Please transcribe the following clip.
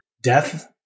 death